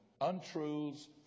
untruths